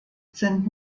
sind